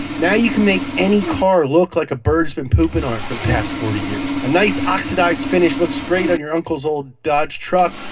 now you can make any car look like a bird has been pooping on it for the past forty years. a nice oxidized finish looks great on your uncle's old dodge truck,